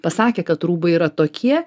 pasakė kad rūbai yra tokie